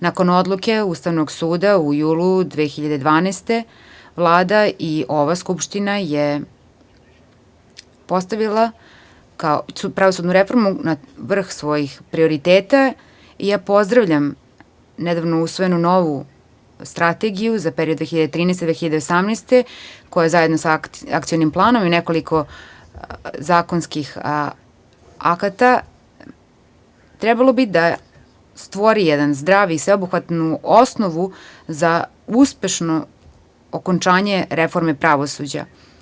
Nakon Odluke Ustavnog suda u julu 2012. godine, Vlada i ova Skupština je postavila, kao pravosudnu reformu, na vrh svojih prioriteta, pozdravljam nedavno usvojenu novu Strategiju za period 2013-2018. godine, koja zajedno sa Akcionim planom i nekoliko zakonskih akata, trebalo bi da stvori jednu zdravu i sveobuhvatnu osnovu za uspešno okončanje reforme pravosuđa.